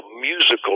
musical